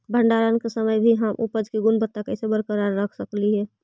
भंडारण के समय भी हम उपज की गुणवत्ता कैसे बरकरार रख सकली हे?